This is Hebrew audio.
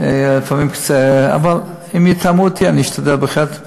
אם יתאמו אתי, אני אשתדל, בהחלט.